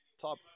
top